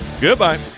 Goodbye